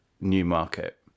Newmarket